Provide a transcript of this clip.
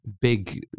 big